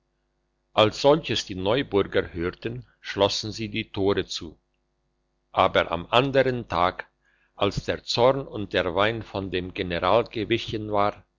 als solches die neuburger hörten schlossen sie die tore zu aber am andern tag als der zorn und der wein von dem general gewichen war